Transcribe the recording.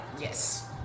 yes